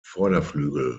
vorderflügel